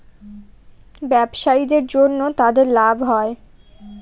ব্যবসায়ীদের জন্য তাদের লাভ হয়